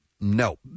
No